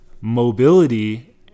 mobility